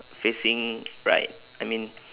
facing right I mean